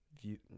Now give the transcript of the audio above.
view